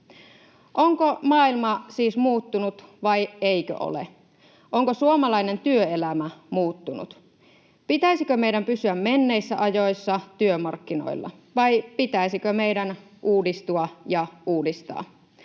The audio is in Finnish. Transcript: Onko maailma siis muuttunut vai eikö ole? Onko suomalainen työelämä muuttunut? Pitäisikö meidän pysyä menneissä ajoissa työmarkkinoilla vai pitäisikö meidän uudistua ja uudistaa?